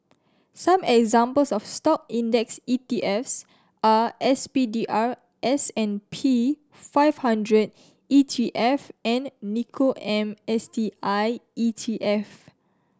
some examples of Stock index E T Fs are S P D R S and P five hundred E T F and Nikko am S T I E T F